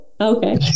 Okay